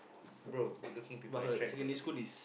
bro good looking people attract good looking people